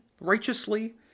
righteously